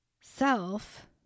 self